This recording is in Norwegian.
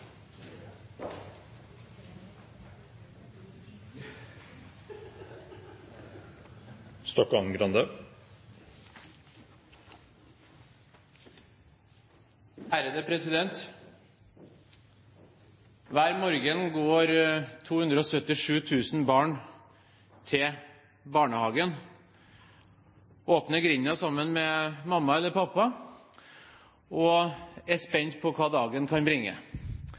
Hver morgen går 277 000 barn til barnehagen, åpner grinda sammen med mamma eller pappa og er spent på hva dagen kan bringe.